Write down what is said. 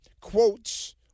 quotes